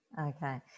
Okay